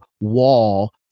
wall